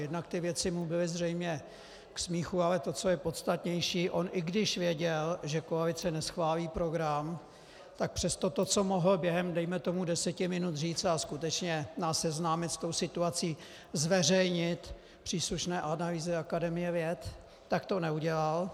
Jednak ty věci mu byly zřejmě k smíchu, ale to, co je podstatnější, on i když věděl, že koalice neschválí program, tak přesto to, co mohl během dejme tomu deseti minut říct a skutečně nás seznámit s tou situací, zveřejnit příslušné analýzy Akademie věd, tak to neudělal.